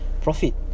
profit